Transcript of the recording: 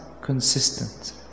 consistent